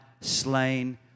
slain